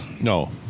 no